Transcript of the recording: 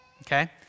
Okay